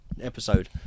episode